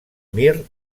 mir